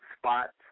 spots